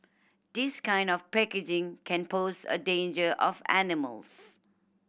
this kind of packaging can pose a danger of animals